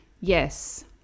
yes